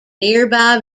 nearby